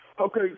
Okay